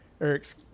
Eric's